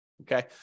Okay